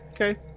Okay